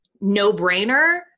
no-brainer